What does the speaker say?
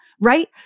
Right